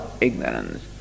Ignorance